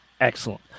Excellent